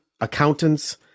accountants